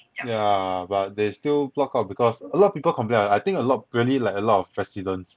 yeah but they still block up because a lot of people complain ah I think a lot really like a lot of residents